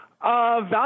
Value